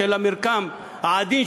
המרקם העדין,